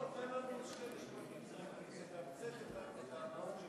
תן לנו שני משפטים לתמצת את המהות.